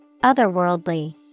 Otherworldly